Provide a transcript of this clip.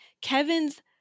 Kevin's